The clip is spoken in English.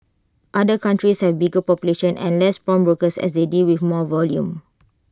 other countries have A bigger population and less pawnbrokers as they deal with more volume